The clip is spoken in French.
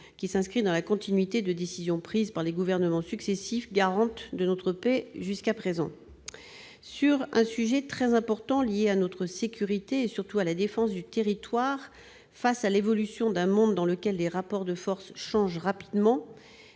qui s'inscrit dans la continuité de décisions qui ont été prises par les gouvernements successifs et qui ont été garantes de notre paix jusqu'à présent. Sur un sujet très important lié à notre sécurité et, surtout, à la défense du territoire, face à l'évolution d'un monde dans lequel les rapports de force changent rapidement,